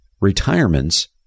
retirements